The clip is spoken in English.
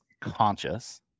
conscious